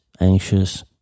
anxious